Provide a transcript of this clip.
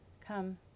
Come